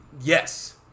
yes